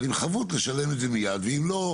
אבל עם חבות לשלם את זה מיד, ואם לא,